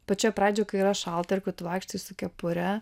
pačioj pradžioj kai yra šalta ir kai tu vaikštai su kepure